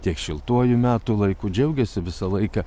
tiek šiltuoju metų laiku džiaugiasi visą laiką